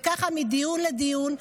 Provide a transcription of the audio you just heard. וככה מדיון לדיון,